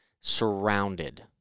surrounded